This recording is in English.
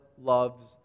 loves